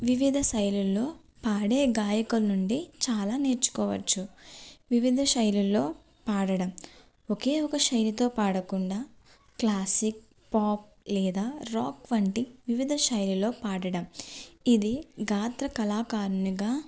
వివిధ శైలుల్లో పాడే గాయకుల నుండి చాలా నేర్చుకోవచ్చు వివిధ శైలుల్లో పాడడం ఒకే ఒక శైలితో పాడకుండా క్లాసిక్ పాప్ లేదా రాక్ వంటి వివిధ శైలిలో పాడడం ఇది గాత్ర కళాకారునిగా